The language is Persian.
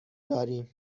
داریم